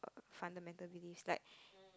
fundamental things like